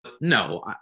no